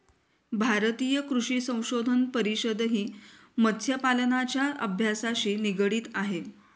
भारतीय कृषी संशोधन परिषदही मत्स्यपालनाच्या अभ्यासाशी निगडित आहे